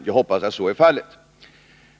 Jag hoppas att så är fallet.